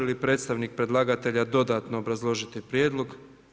Želi li predstavnik predlagatelja dodatno obrazložiti prijedlog?